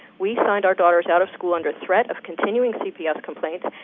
we signed our daughters out of school under threat of continuing cps complaints,